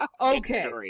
Okay